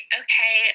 okay